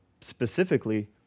specifically